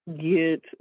get